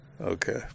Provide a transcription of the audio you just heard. Okay